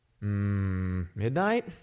midnight